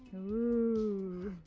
ooooo.